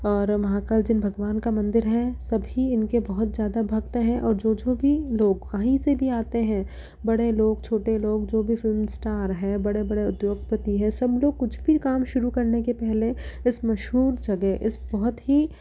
और महाकाल जिन भगवान का मंदिर है सभी इनके बहुत जादा भक्त हैं और जो जो भी लोग कहीं से भी आते हैं बड़े लोग छोटे लोग जो भी फ़िल्म स्टार है बड़े बड़े उद्योगपति हैं सब लोग कुछ भी काम शुरू करने के पहले इस मशहूर जगह इस बहुत ही